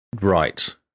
Right